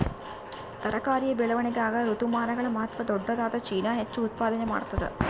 ತರಕಾರಿಯ ಬೆಳವಣಿಗಾಗ ಋತುಮಾನಗಳ ಮಹತ್ವ ದೊಡ್ಡದಾದ ಚೀನಾ ಹೆಚ್ಚು ಉತ್ಪಾದನಾ ಮಾಡ್ತದ